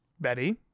Betty